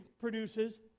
produces